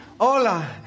Hola